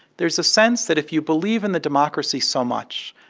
there's a sense that if you believe in the democracy so much,